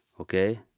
okay